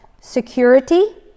security